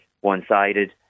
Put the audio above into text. one-sided